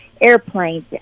airplanes